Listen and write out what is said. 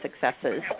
successes